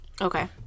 Okay